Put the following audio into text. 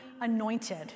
anointed